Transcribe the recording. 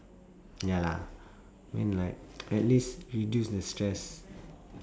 ya lah mean like at least reduce the stress